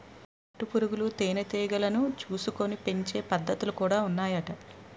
పట్టు పురుగులు తేనె టీగలను చూసుకొని పెంచే పద్ధతులు కూడా ఉన్నాయట